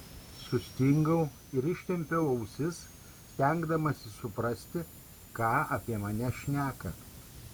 sustingau ir ištempiau ausis stengdamasis suprasti ką apie mane šneka